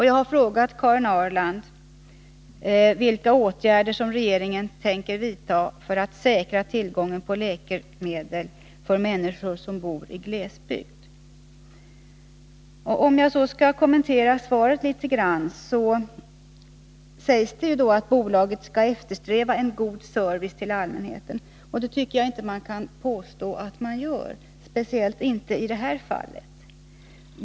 Jag har frågat Karin Ahrland vilka åtgärder regeringen tänker vidta för att säkra tillgången på läkemedel för människor som bor i glesbygd. Låt mig sedan kommentera svaret litet. Det sägs där att bolaget skall eftersträva en god service till allmänheten. Det tycker jag inte man kan påstå att bolaget gör, speciellt inte i det här fallet.